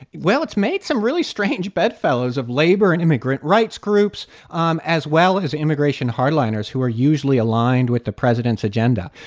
well, it's made some really strange bedfellows of labor and immigrant rights groups um as well as immigration hardliners who are usually aligned with the president's agenda.